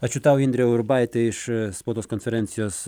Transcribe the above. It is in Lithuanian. ačiū tau indrė urbaitė iš spaudos konferencijos